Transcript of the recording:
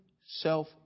self